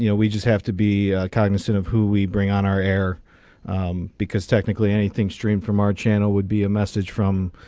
you know we just have to be cognizant of who we bring on our air because technically anything stream from our channel would be a message from.